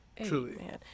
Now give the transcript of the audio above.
Truly